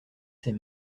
ses